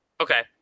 Okay